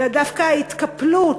אלא דווקא ההתקפלות